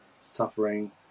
suffering